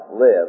live